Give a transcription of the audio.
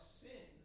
sin